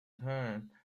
turn